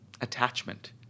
attachment